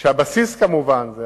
כשהבסיס כמובן זה